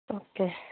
okay